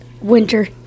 winter